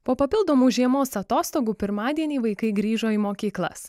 po papildomų žiemos atostogų pirmadienį vaikai grįžo į mokyklas